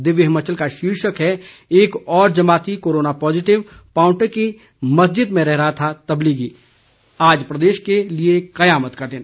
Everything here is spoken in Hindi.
दिव्य हिमाचल का शीर्षक है एक और जमाती कोरोना पॉजिटिव पांवटा की मस्जिद में रह रहा था तबलीगी आज प्रदेश के लिए कयामत का दिन